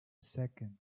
second